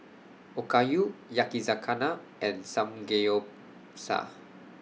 Okayu Yakizakana and Samgeyopsal